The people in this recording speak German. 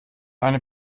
eine